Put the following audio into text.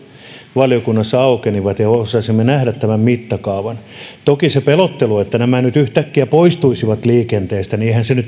valiokunnassa aukenivat ja osasimme nähdä tämän mittakaavan toki eihän se pelottelu että nämä nyt yhtäkkiä poistuisivat liikenteestä